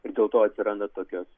ir dėl to atsiranda tokios